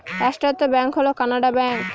রাষ্ট্রায়ত্ত ব্যাঙ্ক হল কানাড়া ব্যাঙ্ক